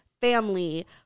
family